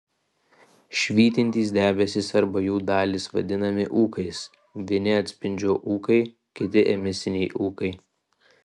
švytintys debesys arba jų dalys vadinami ūkais vieni atspindžio ūkai kiti emisiniai ūkai